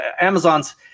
Amazon's